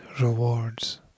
rewards